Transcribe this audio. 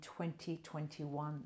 2021